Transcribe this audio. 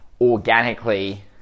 organically